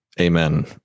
amen